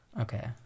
Okay